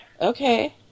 Okay